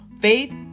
faith